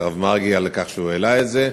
הרב מרגי על כך שהעלה את הנושא הזה,